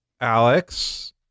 Alex